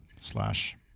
slash